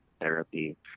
therapy